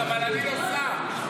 גם אני לא סומך עליך.